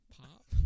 Pop